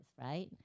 Right